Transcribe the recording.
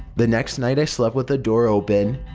the next night i slept with the door open,